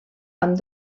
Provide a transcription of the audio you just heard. amb